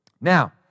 Now